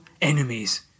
enemies